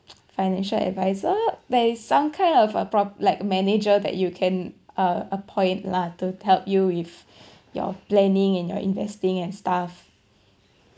financial advisor there is some kind of a prop~ like manager that you can uh appoint lah to help you if you're planning in your investing and stuff